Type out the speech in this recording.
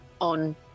on